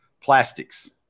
plastics